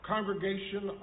Congregation